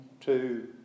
two